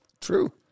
true